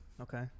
okay